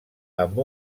amb